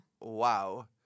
wow